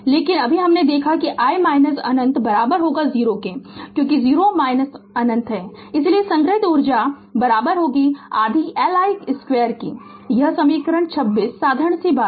लेकिन अभी देखा है कि i अनंत 0 क्योंकि यह 0 i अनंत है इसलिए संग्रहीत ऊर्जा आधा Li 2 यह समीकरण 26 साधारण बात है